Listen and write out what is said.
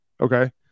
okay